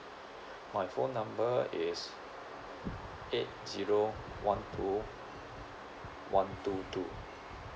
my phone number is eight zero one two one two two